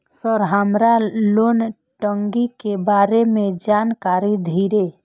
Sir हमरा loan टंगी के बारे में जान कारी धीरे?